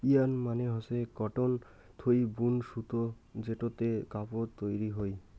yarn মানে হসে cotton থুই বুন সুতো যেটোতে কাপড় তৈরী হই